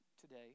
today